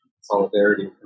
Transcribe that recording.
solidarity